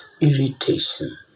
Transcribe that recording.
irritation